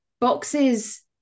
Boxes